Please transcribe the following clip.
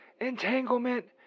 entanglement